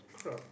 crowd